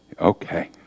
Okay